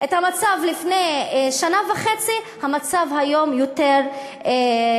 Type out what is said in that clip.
את המצב לפני שנה וחצי, המצב היום יותר גרוע.